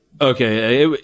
okay